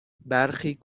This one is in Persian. برخی